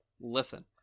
Listen